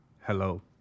Hello